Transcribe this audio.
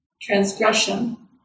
transgression